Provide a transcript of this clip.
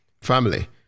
family